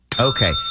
Okay